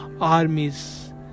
armies